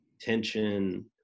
tension